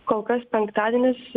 kol kas penktadienis